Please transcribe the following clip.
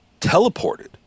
teleported